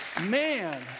Man